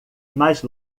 mais